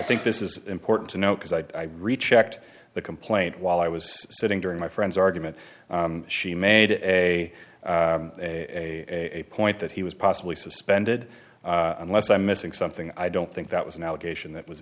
think this is important to note because i rechecked the complaint while i was sitting during my friend's argument she made a a point that he was possibly suspended unless i'm missing something i don't think that was an allegation that was